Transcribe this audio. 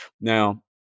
now